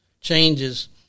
changes